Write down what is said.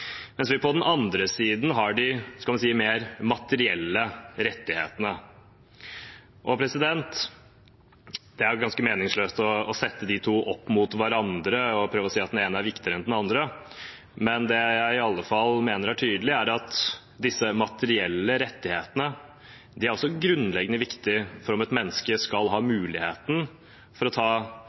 På den andre siden har vi de mer materielle rettighetene. Det er ganske meningsløst å sette de to opp mot hverandre og prøve å si at den ene er viktigere enn den andre. Det jeg iallfall mener er tydelig, er at disse materielle rettighetene er grunnleggende viktige for om et menneske skal ha mulighet til å ha glede og nytte av sine andre rettigheter og friheter i samfunnet. Vi trenger begge deler. Vi er nødt til å ta